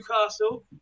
Newcastle